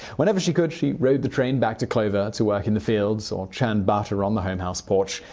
whenever she could, she rode the train back to clover to work in the fields, or churn butter on the home-house porch.